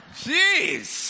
jeez